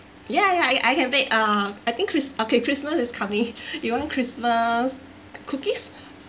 ya ya I I can wait uh I think christ~ okay christmas is coming you want christmas cookies